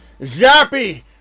Zappy